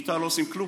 שאיתה לא עושים כלום.